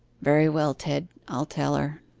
very well, ted, i'll tell her